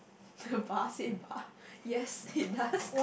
yes it does